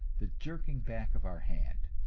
the jerking back of our hand.